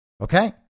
Okay